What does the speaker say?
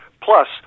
plus